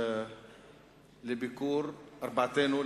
ארבעתנו,